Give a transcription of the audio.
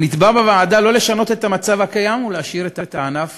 נתבע בוועדה לא לשנות את המצב הקיים ולהשאיר את הענף